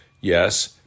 Yes